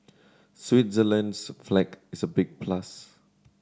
Switzerland's flag is a big plus